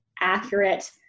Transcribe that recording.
accurate